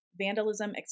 vandalism